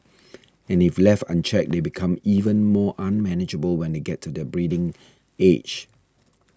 and if left unchecked they become even more unmanageable when they get to their breeding age